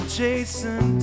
chasing